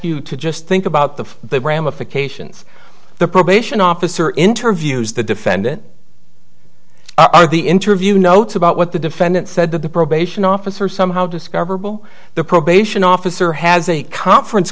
you to just think about the ramifications the probation officer interviews the defendant the interview notes about what the defendant said to the probation officer somehow discoverable the probation officer has a conference